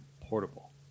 portable